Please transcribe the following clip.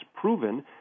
proven